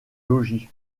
logis